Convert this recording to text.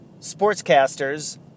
sportscasters